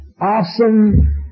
awesome